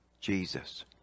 Jesus